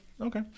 okay